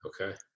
okay